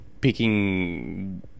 picking